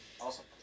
Awesome